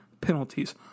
penalties